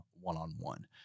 one-on-one